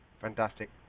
Fantastic